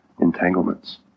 entanglements